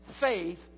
faith